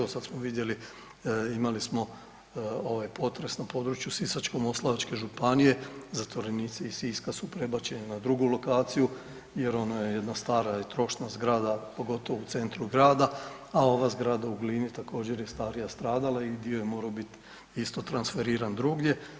Evo sada smo vidjeli imali smo ovaj potres na području Sisačko-moslavačke županije, zatvorenici iz Siska su prebačeni na drugu lokaciju jer ona je jedna stara i trošna zgrada pogotovo u centru grada, a ova zgrada u Glini također je starija stradala i dio je morao biti isto transferiran drugdje.